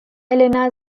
elena